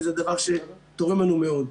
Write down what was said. וזה דבר שתורם לנו מאוד.